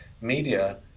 media